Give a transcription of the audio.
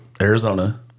Arizona